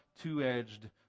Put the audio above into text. two-edged